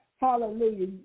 Hallelujah